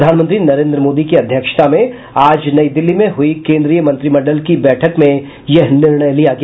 प्रधानमंत्री नरेन्द्र मोदी की अध्यक्षता में आज नई दिल्ली में हुई केन्द्रीय मंत्रिमंडल की बैठक में यह निर्णय लिया गया